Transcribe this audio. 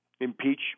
impeach